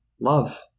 love